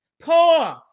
poor